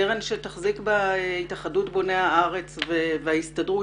קרן שיחזיקו בה התאחדות בוני הארץ וההסתדרות.